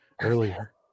earlier